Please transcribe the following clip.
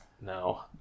No